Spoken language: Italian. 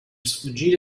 sfuggire